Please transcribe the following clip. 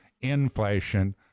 inflation